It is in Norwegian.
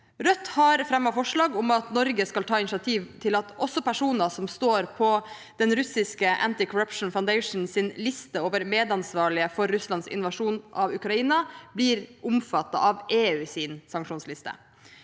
Rødt har fremmet forslag om at Norge skal ta initiativ til at også personer som står på russiske Anti-Corruption Foundations liste over medansvarlige for Russlands invasjon av Ukraina, blir omfattet av EUs sanksjonsliste.